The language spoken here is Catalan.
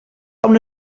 una